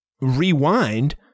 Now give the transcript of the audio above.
Rewind